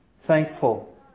thankful